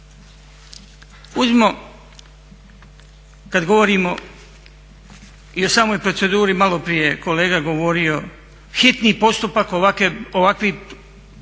tražiti? Kad govorimo i o samoj proceduri, maloprije je kolega govorio, u hitni postupak ovakvi zakoni